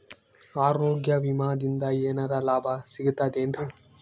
ಆರೋಗ್ಯ ವಿಮಾದಿಂದ ಏನರ್ ಲಾಭ ಸಿಗತದೇನ್ರಿ?